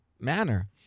manner